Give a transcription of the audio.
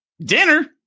Dinner